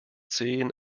zehn